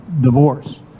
divorce